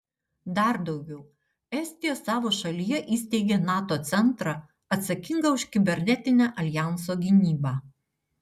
dar daugiau estija savo šalyje įsteigė nato centrą atsakingą už kibernetinę aljanso gynybą